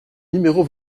numéro